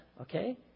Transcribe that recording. okay